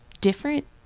different